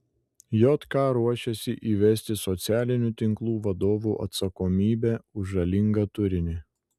jk ruošiasi įvesti socialinių tinklų vadovų atsakomybę už žalingą turinį